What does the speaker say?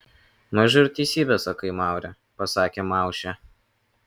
mažu ir teisybę sakai maure pasakė maušė